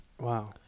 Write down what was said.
Wow